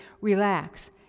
relax